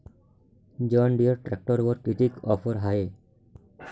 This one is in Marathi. जॉनडीयर ट्रॅक्टरवर कितीची ऑफर हाये?